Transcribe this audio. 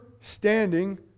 standing